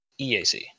EAC